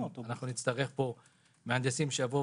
נצטרך מהנדסים שיבואו